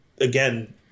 again